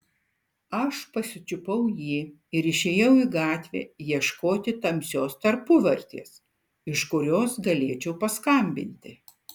aš pasičiupau jį ir išėjau į gatvę ieškoti tamsios tarpuvartės iš kurios galėčiau paskambinti